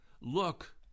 Look